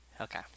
Okay